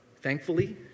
Thankfully